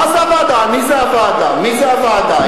מי זה הוועדה?